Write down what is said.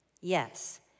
Yes